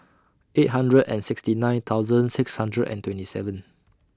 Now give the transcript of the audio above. eight hundred and sixty nine thousand six hundred and twenty seven